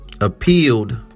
Appealed